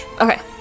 Okay